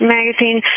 Magazine